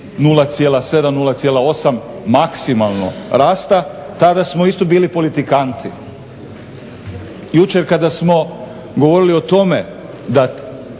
0,7, 0,8 maksimalno rasta tada smo isto bili politikanti. Jučer kada smo govorili o tome da